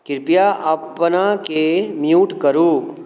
कृपया अपनाके म्यूट करू